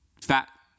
fat